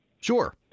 sure